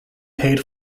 paid